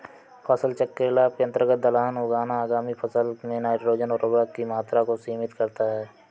फसल चक्र के लाभ के अंतर्गत दलहन उगाना आगामी फसल में नाइट्रोजन उर्वरक की मात्रा को सीमित करता है